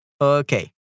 Okay